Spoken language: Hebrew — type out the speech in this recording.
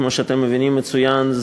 כמו שאתם מבינים מצוין,